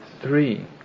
three